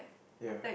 ya